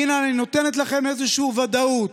הינה, אני נותנת לכם איזושהי ודאות.